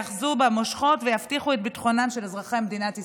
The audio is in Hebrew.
יאחזו במושכות ויבטיחו את ביטחונם של אזרחי מדינת ישראל.